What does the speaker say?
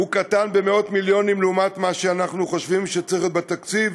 קטן במאות מיליונים ממה שאנחנו חושבים שצריך להיות בתקציב,